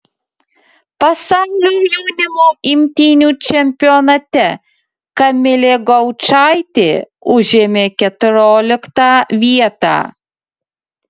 pasaulio jaunimo imtynių čempionate kamilė gaučaitė užėmė keturioliktą vietą